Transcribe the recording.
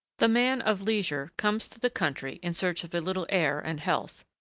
the man of leisure comes to the country in search of a little air and health,